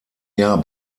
jahr